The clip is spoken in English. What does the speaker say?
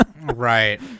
Right